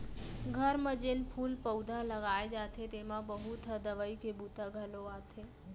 घर म जेन फूल पउधा लगाए जाथे तेमा बहुत ह दवई के बूता घलौ आथे